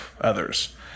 others